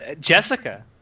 Jessica